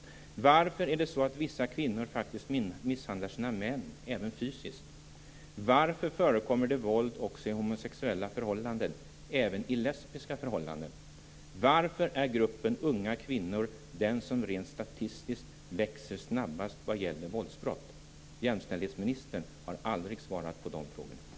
Varför är det så att vissa kvinnor faktiskt misshandlar sina män även fysiskt? Varför förekommer det våld också i homosexuella förhållanden, även i lesbiska förhållanden? Varför är gruppen unga kvinnor den som rent statistiskt växer snabbast vad gäller våldsbrott? Jämställdhetsministern har aldrig svarat på dessa frågor.